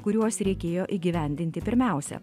kuriuos reikėjo įgyvendinti pirmiausia